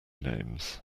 names